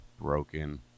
broken